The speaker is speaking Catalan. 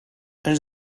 ens